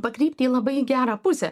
pakrypti į labai gerą pusę